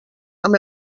amb